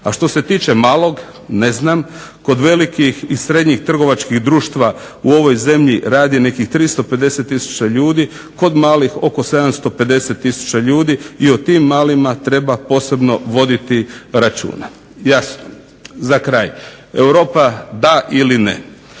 a što se tiče malog ne znam. Kod velikih i srednjih trgovačkih društava u ovoj zemlji radi nekih 350 tisuća ljudi, kod malih oko 750 tisuća ljudi i o tim malima treba posebno voditi računa. Jasno, za kraj, Europa da ili ne.